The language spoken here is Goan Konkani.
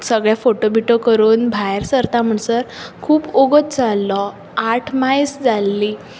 सगळे फोटो बिटो करून भायर सरता म्हणसर खूब वगत जाल्लो आठ मायज जाल्लीं